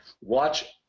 watch